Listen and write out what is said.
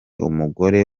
umugore